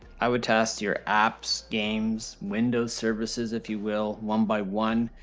i would test your apps, games, windows services, if you will, one by one,